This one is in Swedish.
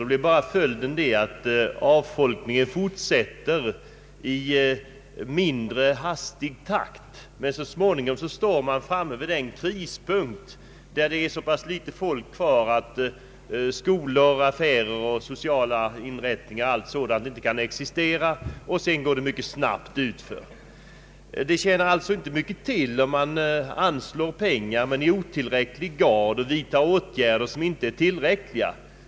Då blir följden endast att avfolkningen fortsätter i mindre hastig takt, men så småningom står man framme vid den krispunkt där det är så litet folk kvar att skolor, affärer och sociala inrättningar etc. inte kan existera. Sedan går det mycket snabbt utför. Det tjänar alltså inte mycket till att anslå pengar i otillräcklig utsträckning och vidta åtgärder som inte är tillräckliga.